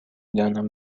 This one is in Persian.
دانم